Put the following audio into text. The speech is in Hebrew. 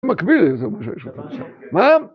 מקביל לזה... אפשר לשאול משהו? מה?